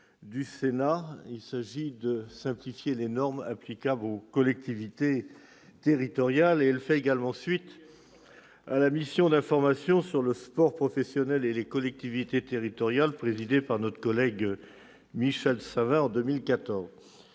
du Sénat sur la simplification des normes applicables aux collectivités territoriales. Il y a du travail ! Elle fait également suite à la mission d'information sur le sport professionnel et les collectivités territoriales présidée par notre collègue Michel Savin en 2014.